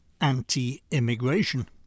anti-immigration